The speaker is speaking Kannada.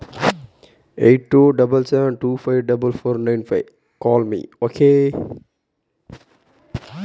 ಮಲ್ಲಿಗೆ ಗಿಡಗಳಿಗೆ ಯಾವ ರಸಗೊಬ್ಬರ ಹಾಕಿದರೆ ಒಳ್ಳೆಯದು?